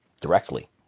directly